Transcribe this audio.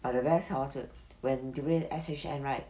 but the rest hor when during S_H_N right